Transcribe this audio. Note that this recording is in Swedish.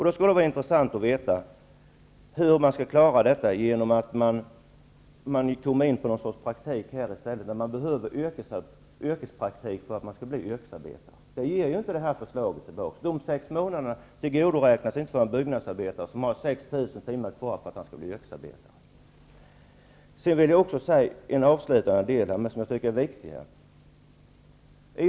Det skulle vara intressant att veta hur man skall klara detta genom att låta dem komma in i någon annan slags praktik när de i stället behöver yrkespraktik för att bli yrkesarbetare. Den praktiken ger inte det här förslaget. De sex månaderna tillgodoräknas inte för en byggnadsarbetare som har 6 000 timmar yrkespraktik kvar för att bli yrkesarbetare. Sedan vill jag avslutningsvis nämna något som jag tycker är viktigt.